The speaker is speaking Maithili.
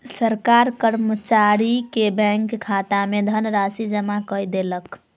सरकार कर्मचारी के बैंक खाता में धनराशि जमा कय देलक